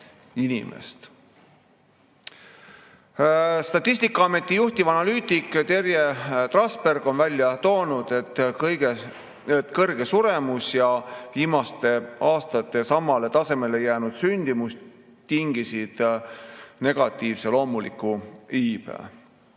Statistikaameti juhtivanalüütik Terje Trasberg on välja toonud, et kõrge suremus ja viimaste aastate samale tasemele jäänud sündimus tingisid negatiivse loomuliku iibe.